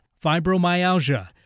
fibromyalgia